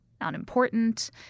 unimportant